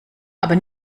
aber